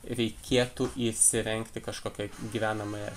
reikėtų įsirengti kažkokią gyvenamąją